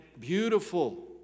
beautiful